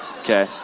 okay